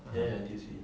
ah